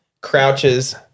Crouches